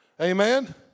Amen